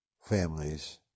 families